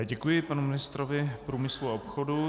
Děkuji ministrovi průmyslu a obchodu.